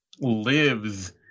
lives